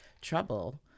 trouble